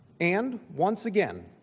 and once again.